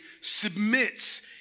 submits